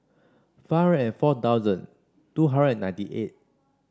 five and four thousand two hundred ninety eight